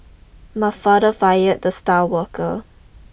my father fired the star worker